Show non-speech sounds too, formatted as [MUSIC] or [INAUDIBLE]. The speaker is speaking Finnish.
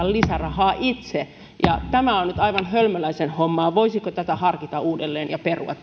[UNINTELLIGIBLE] lisärahaa itse tämä on on nyt aivan hölmöläisen hommaa voisiko tätä harkita uudelleen ja perua [UNINTELLIGIBLE]